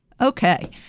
Okay